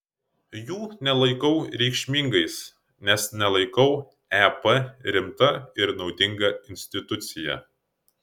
jų nelaikau reikšmingais nes nelaikau ep rimta ir naudinga institucija